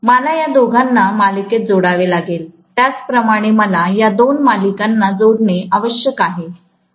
मला या दोघांना मालिकेत जोडावे लागेल त्याचप्रमाणे मला या दोन मालिकांना जोडणे आवश्यक आहे